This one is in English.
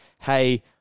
hey